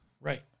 Right